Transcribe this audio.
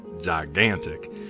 Gigantic